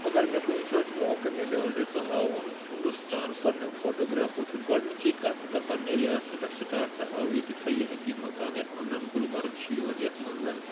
اگر مےٚ کُنہِ ساتہٕ موقعہٕ مِلیو زِ ژٕ ہاوُن ہندستان پنٛنیو فوٹوگرٛافو سۭتۍ گۄڈنِچی کَتھ بہٕ کَرٕ پننہِ رِیاستہٕ پٮ۪ٹھ سٹاٹ تہٕ ہاوٕ ییٚتِکۍ سَیٲحتی مقام یَتھ منٛز زَن گُلمرگ چھِ یِوان یَتھ منٛز زَن